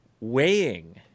weighing